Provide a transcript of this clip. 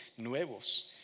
nuevos